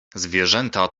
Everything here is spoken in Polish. zwierzęta